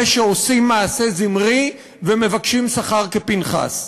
אלה שעושים מעשה זמרי ומבקשים שכר כפנחס.